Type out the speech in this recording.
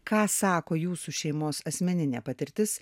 ką sako jūsų šeimos asmeninė patirtis